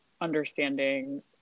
understanding